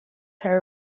her